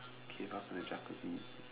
okay off the Jacuzzi